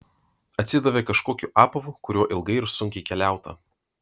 atsidavė kažkokiu apavu kuriuo ilgai ir sunkiai keliauta